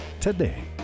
today